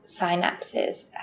synapses